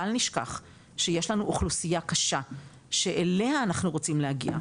בל נשכח שיש לנו אוכלוסיה קשה שאליה אנחנו רוצים להגיע.